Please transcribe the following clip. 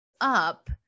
up